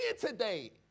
today